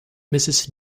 mrs